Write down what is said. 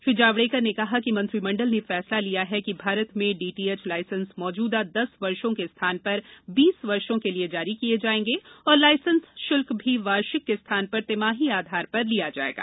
श्री जावडेकर ने कहा कि मंत्रिमंडल ने फैसला लिया है कि भारत में डीटीएच लाइसेंस मौजूदा दस वर्षो के स्थान पर बीस वर्षो के लिए जारी किए जायेंगे और लाइसेंस शुल्क भी वार्षिक के स्थान पर तिमाही आधार पर लिया जाएगा